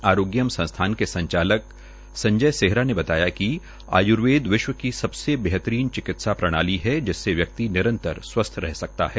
आरोग्य संस्थान के संचालक संजय सेहरा ने बताया कि आय्र्वेद विश्व की सबसे बेहतरीन चिकित्सा प्रणाली है जिससे व्यक्ति निरंतर स्वस्थ रह सकता है